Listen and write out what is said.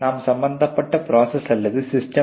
நாம் சம்பந்தப்பட்ட ப்ரோசஸ் அல்லது சிஸ்டம்